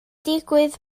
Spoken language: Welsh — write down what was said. digwydd